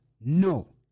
No